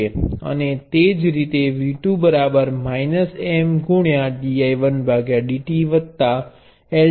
અને તે જ રીતે V2 M dI1dt L2 dI2dt હશે